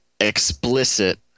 explicit